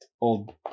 old